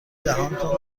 دهانتان